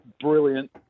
brilliant